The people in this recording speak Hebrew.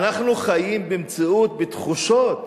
אנחנו חיים במציאות, בתחושות.